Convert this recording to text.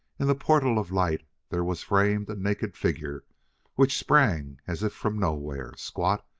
in the portal of light there was framed a naked figure which sprang as if from nowhere, squat,